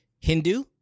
Hindu